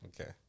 Okay